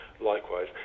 likewise